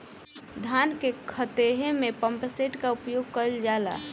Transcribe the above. धान के ख़हेते में पम्पसेट का उपयोग कइल जाला?